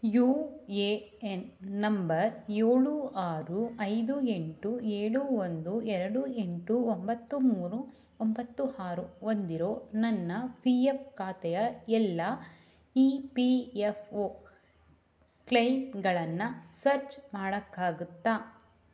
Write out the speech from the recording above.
you A N number ಏಳು ಆರು ಐದು ಎಂಟು ಏಳು ಒಂದು ಎರಡು ಎಂಟು ಒಂಬತ್ತು ಮೂರು ಒಂಬತ್ತು ಆರು ಹೊಂದಿರೊ ನನ್ನ ಪಿ ಯಫ್ ಖಾತೆಯ ಎಲ್ಲ ಇ ಪಿ ಎಫ್ ಒ ಕ್ಲೈಮ್ಗಳನ್ನು ಸರ್ಚ್ ಮಾಡೋಕ್ಕಾಗುತ್ತ